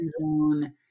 zone